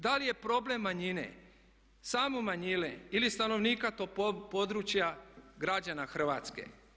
Da li je problem manjine samo manjine ili stanovnika toga područja, građana Hrvatske?